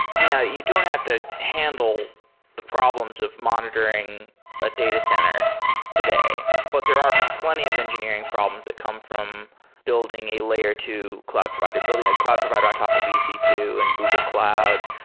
now, you don't have to handle the problems of monitoring a data center today, but there are plenty of engineering problems that come from building a layer two cloud provider, building a cloud provider on top of e c two and google cloud.